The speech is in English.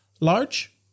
large